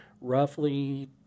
roughly